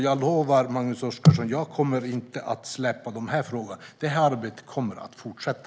Jag lovar Magnus Oscarsson att jag inte kommer att släppa dessa frågor. Detta arbete kommer att fortsätta.